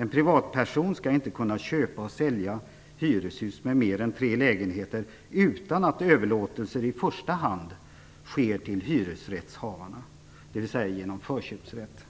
En privatperson skall inte kunna köpa och sälja hyreshus med mer än tre lägenheter utan att överlåtelser i första hand sker till hyresrättshavarna, dvs. genom förköpsrätt.